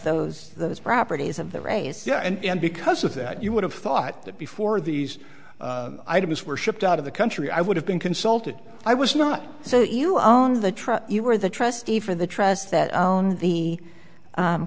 those those properties of the rays yeah and because of that you would have thought that before these items were shipped out of the country i would have been consulted i was not so you own the trust you were the trustee for the trust that i own the